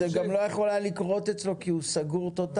זה גם לא יכול היה לקרות אצלו כי הוא סגור טוטלית.